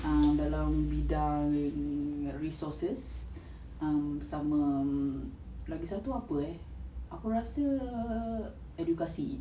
um dalam bidang resources um sama lagi satu apa eh aku rasa education